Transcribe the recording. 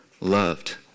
loved